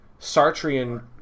Sartrean